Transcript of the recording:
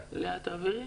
לאה, תעבירי?